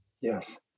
yes